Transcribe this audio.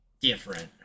different